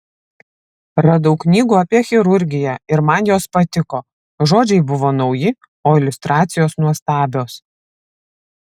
radau knygų apie chirurgiją ir man jos patiko žodžiai buvo nauji o iliustracijos nuostabios